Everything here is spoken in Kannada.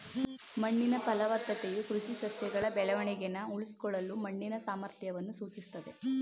ಮಣ್ಣಿನ ಫಲವತ್ತತೆಯು ಕೃಷಿ ಸಸ್ಯಗಳ ಬೆಳವಣಿಗೆನ ಉಳಿಸ್ಕೊಳ್ಳಲು ಮಣ್ಣಿನ ಸಾಮರ್ಥ್ಯವನ್ನು ಸೂಚಿಸ್ತದೆ